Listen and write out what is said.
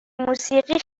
موسیقی